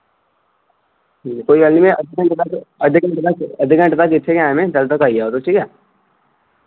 ठीक ऐ कोई गल्ल नि मैं अद्दे घैंटे तक अद्दे घैंटे तक अद्धे घैंटे तक इत्थे गै ऐं मैं जदुं तक आई जाओ तुस ठीक ऐ